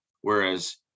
whereas